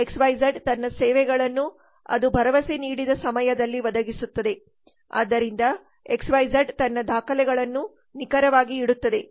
X Y ಝಡ್ತನ್ನ ಸೇವೆಗಳನ್ನು ಅದು ಭರವಸೆ ನೀಡಿದ ಸಮಯದಲ್ಲಿ ಒದಗಿಸುತ್ತದೆ ಆದ್ದರಿಂದ ಎಕ್ಸ್ ವೈ ಝಡ್ತನ್ನ ದಾಖಲೆಗಳನ್ನು ನಿಖರವಾಗಿ ಇಡುತ್ತದೆ